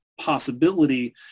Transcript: possibility